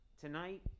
tonight